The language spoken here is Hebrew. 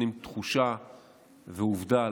נותנים תחושה ועובדה,